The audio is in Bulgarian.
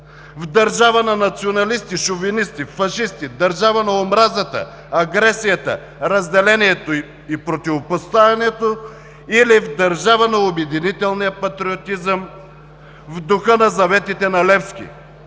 в държава на националисти, шовинисти, фашисти, държава на омразата, агресията, разделението и противопоставянето, или в държава на обединителния патриотизъм, в духа на заветите на Левски